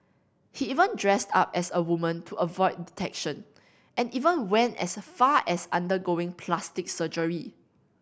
he even dressed up as a woman to avoid detection and even went as far as undergoing plastic surgery